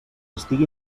estigui